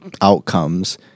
outcomes